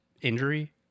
injury –